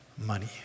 money